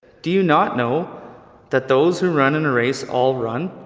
do you not know that those who run in a race all run,